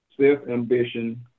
self-ambition